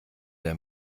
der